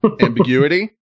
ambiguity